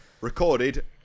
recorded